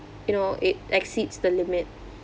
you know it exceeds the limit